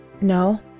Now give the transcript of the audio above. No